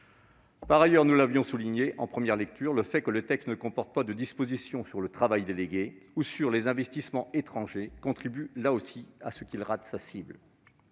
Par ailleurs, comme nous l'avions souligné en première lecture, le fait que le texte ne comporte pas de dispositions sur le travail délégué ou sur les investissements étrangers contribue, là aussi, à lui faire rater sa cible.